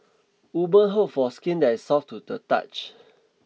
woman hope for skin that's soft to the touch